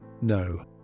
no